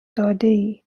دادهای